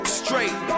straight